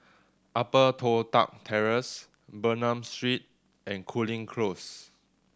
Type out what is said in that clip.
Upper Toh Tuck Terrace Bernam Street and Cooling Close